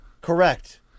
Correct